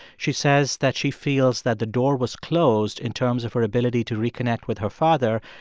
she says that she feels that the door was closed in terms of her ability to reconnect with her father.